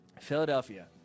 Philadelphia